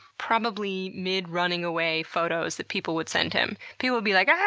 probably mid-running-away photos that people would send him. people would be like, aaggh,